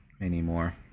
anymore